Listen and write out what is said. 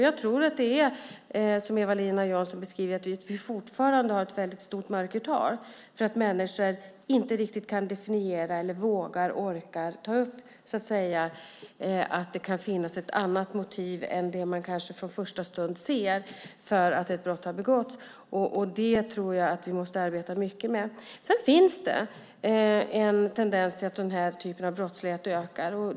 Jag tror att det är så, som Eva-Lena Jansson beskriver, att det fortfarande finns ett stort mörkertal, därför att människor inte riktigt vågar eller orkar ta upp att det kan finnas ett annat motiv för att ett brott har begåtts än det som man kanske från första stund ser. Det tror jag att vi måste arbeta mycket med. Sedan finns det en tendens till att den här typen av brottslighet ökar.